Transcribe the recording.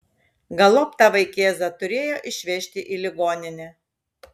galop tą vaikėzą turėjo išvežti į ligoninę